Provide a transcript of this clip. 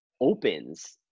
opens